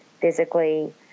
physically